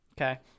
Okay